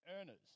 earners